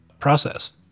process